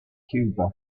cuba